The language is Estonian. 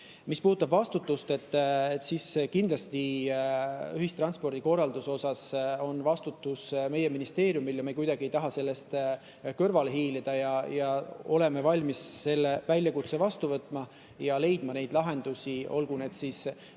Mis puudutab vastutust, siis kindlasti ühistranspordikorralduse eest vastutab meie ministeerium ja me kuidagi ei taha sellest kõrvale hiilida, oleme valmis selle väljakutse vastu võtma ja leidma neid lahendusi, olgu nõudepõhine